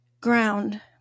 ground